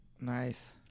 Nice